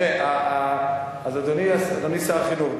אדוני שר החינוך,